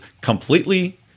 completely